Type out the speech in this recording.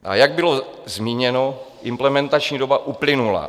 A jak bylo zmíněno, implementační doba uplynula.